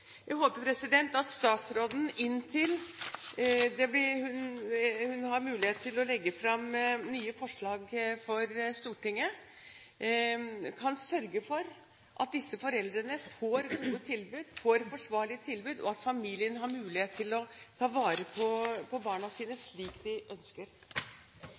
Jeg håper at statsråden inntil hun har mulighet til å legge fram nye forslag for Stortinget kan sørge for at disse foreldrene får gode tilbud, får forsvarlige tilbud, og at familien har mulighet til å ta vare på barna sine slik de ønsker.